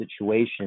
situation